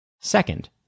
Second